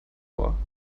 ohr